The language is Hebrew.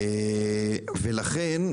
לכן,